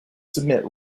submit